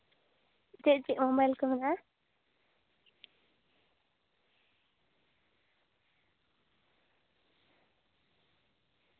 ᱪᱮᱫ ᱪᱮᱫ ᱢᱳᱵᱟᱭᱤᱞ ᱠᱚ ᱢᱮᱱᱟᱜᱼᱟ